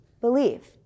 believe